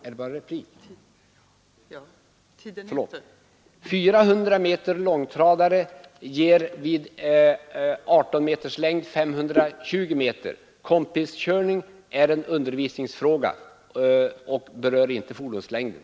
400 meter 24-meterslångtradare motsvaras vid 18 meters längd av 520 meter. Kompiskörning är en undervisningsfråga och berör inte fordonslängden.